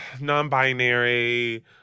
non-binary